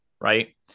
right